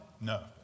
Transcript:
No